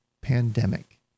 pandemic